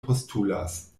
postulas